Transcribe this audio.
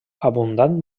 abundant